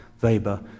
Weber